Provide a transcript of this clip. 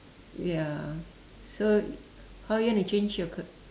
ya so how you gonna change your car~